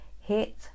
hit